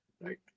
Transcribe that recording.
right